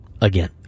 again